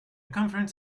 conference